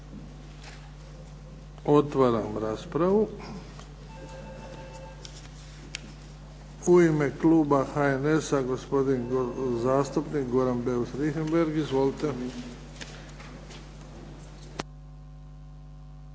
Otvaram raspravu. U ime kluba HNS-a gospodin zastupnik Goran Beus Richembergh. Izvolite.